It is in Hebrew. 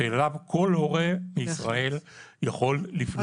שאליו כל הורה בישראל יכול לפנות.